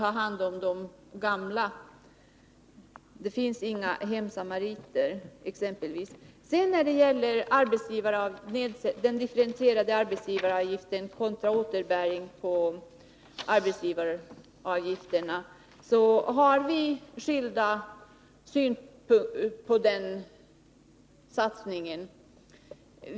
ta hand om de gamla — det finns inga hemsamariter. När det gäller den differentierade arbetsgivaravgiften kontra återbäring på arbetsgivaravgifterna har vi skilda synpunkter på den satsningen.